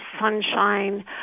sunshine